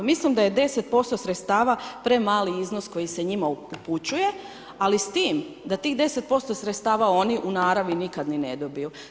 Mislim da je 10% sredstava premali iznos koji se njima upućuje ali s tim da tih 10% sredstava oni u naravi nikad ni ne dobiju.